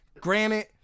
Granted